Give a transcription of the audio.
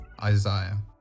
Isaiah